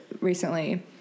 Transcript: recently